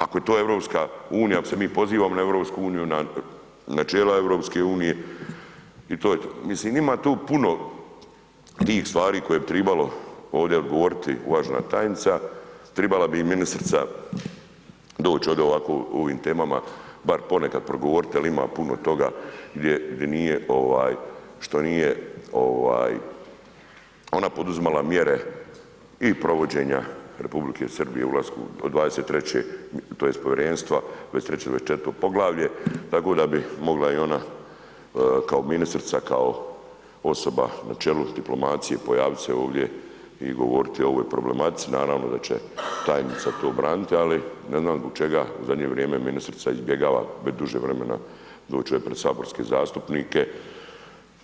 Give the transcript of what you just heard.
Ako je to EU, ako se mi pozivamo na EU, na načela EU-a i to, mislim, ima tu puno tih stvari koje bi trebalo ovdje odgovoriti uvažena tajnica, trebala bi i ministrica doć ovdje ovako u ovim temama bat ponekad progovoriti jer ima puno toga što nije ona poduzimala mjere i provođenja Republike Srbije u ulasku 2023., tj. povjerenstva, 23., 24. poglavlje, tako da bi mogla i ona kao ministrica, kao osoba na čelu diplomacije pojaviti se ovdje i govoriti o ovoj problematici, naravno da će tajnica to braniti ali ne znam zbog čega u zadnje vrijeme ministrica izbjegava već duže vremena doći ovdje pred saborske zastupnike,